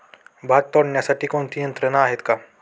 भात तोडण्यासाठी कोणती यंत्रणा आहेत का?